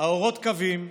האורות כבים,